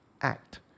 act